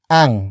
ang